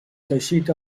teixit